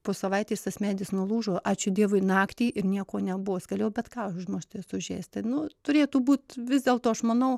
po savaitės tas medis nulūžo ačiū dievui naktį ir nieko nebuvo jis galėjo bet ką užmušti ir sužeisti nu turėtų būt vis dėl to aš manau